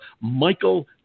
Michael